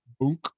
boom